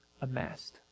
amassed